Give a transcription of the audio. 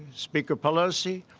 speaker pelosi,